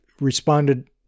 responded